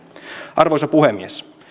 arvoisa puhemies